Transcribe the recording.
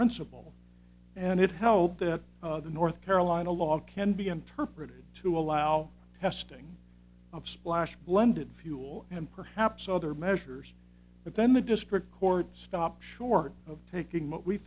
principle and it held that the north carolina law can be interpreted to allow testing of splash blended fuel and perhaps other measures but then the district court stopped short of taking what we